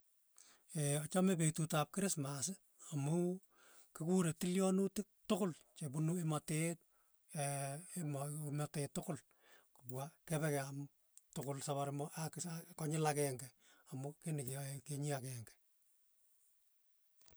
Ee achame petut ap krismas amu kikure tilyonutik tukul chepunu emotet emo emotet tukul, kopwa kepekeam tukul sapari moch aa kisa konyil akeng'e amu kiy nekiaye kemi akeng'e.